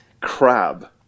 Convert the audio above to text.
crab